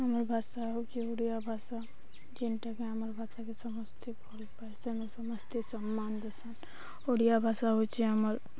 ଆମର ଭାଷା ହେଉଛି ଓଡ଼ିଆ ଭାଷା ଯେନ୍ଟାକି ଆମର ଭାଷାକେ ସମସ୍ତେ ଭଲ ପାଏସନ୍ ସମସ୍ତେ ସମ୍ମାନ ଦେସନ୍ ଓଡ଼ିଆ ଭାଷା ହେଉଛି ଆମର୍